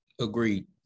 Agreed